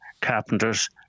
carpenters